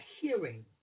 hearing